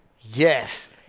Yes